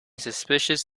suspicious